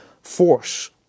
Force